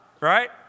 right